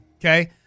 Okay